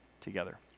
together